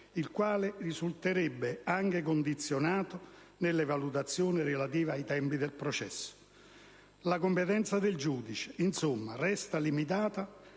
il quale risulterebbe anche condizionato nelle valutazioni relative ai tempi del processo. La competenza del giudice, insomma, resta limitata